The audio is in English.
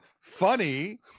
Funny